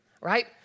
right